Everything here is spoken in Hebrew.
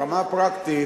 ברמה הפרקטית,